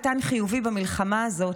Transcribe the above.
קטן חיובי במלחמה הזאת,